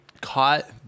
caught